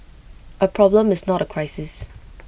A problem is not A crisis